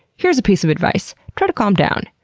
here's a piece of advice. try to calm down.